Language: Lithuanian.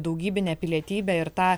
daugybinę pilietybę ir tą